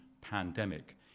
pandemic